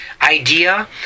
idea